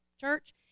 church